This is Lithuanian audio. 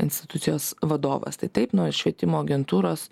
institucijos vadovas tai taip nuo švietimo agentūros